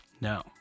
No